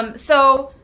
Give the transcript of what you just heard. um so